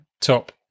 Top